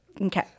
Okay